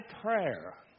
prayer